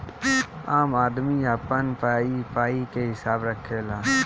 आम आदमी अपन पाई पाई के हिसाब रखेला